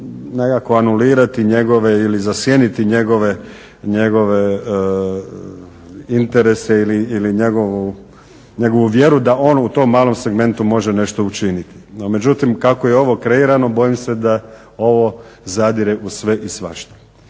nekako anulirati ili zasjeniti njegove interese ili njegovu vjeru da on u tom malom segmentu može nešto učiniti. No međutim kako je ovo kreirano bojim se da ovo zadire u sve i svašta.